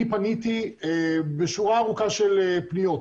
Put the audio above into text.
פניתי בשורה ארוכה של פניות,